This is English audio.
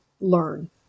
learn